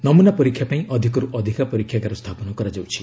ନମୁନା ପରୀକ୍ଷା ପାଇଁ ଅଧିକରୁ ଅଧିକ ପରୀକ୍ଷାଗାର ସ୍ଥାପନ କରାଯାଉଛି